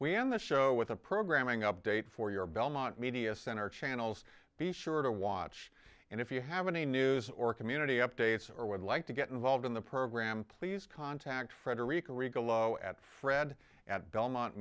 the show with a programming update for your belmont media center channel's be sure to watch and if you have any news or community updates or would like to get involved in the program please contact frederica rica lo at fred at belmont